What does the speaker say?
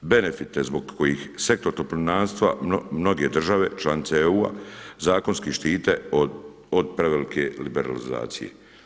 Benefite zbog kojih Sektor toplinarstva mnoge države članice EU zakonski štite od prevelike liberalizacije.